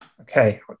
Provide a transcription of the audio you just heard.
Okay